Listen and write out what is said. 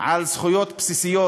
על זכויות בסיסיות,